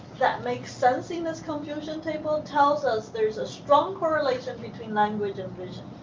that makes sense in this confusion table, tells us there's a strong correlation between language and vision.